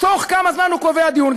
בתוך כמה זמן הוא קובע דיון?